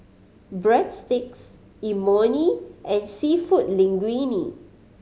Breadsticks Imoni and Seafood Linguine